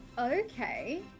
Okay